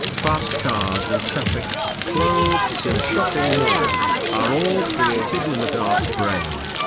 fast cars in traffic, clothes in a shopping mall are all created in the dark brain.